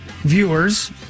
viewers